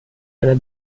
einer